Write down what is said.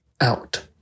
out